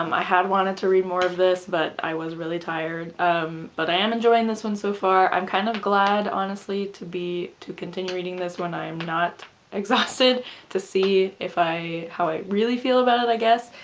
um i had wanted to read more of this but i was really tired um but i am enjoying this one so far, i'm kind of glad honestly to be to continue reading this when i am not exhausted to see if i how i really feel about it i guess,